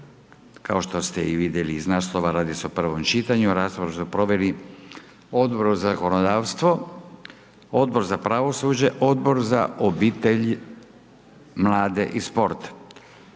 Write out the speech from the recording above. Hrvatskog sabora. Znači radi se o prvom čitanju, raspravu su proveli Odbor za zakonodavstvo, Odbor za pravosuđe, odbor za obitelj, mlade i sport.